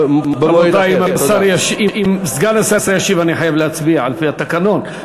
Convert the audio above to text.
רבותי, על-פי התקנון,